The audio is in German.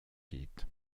geht